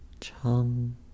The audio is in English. Chum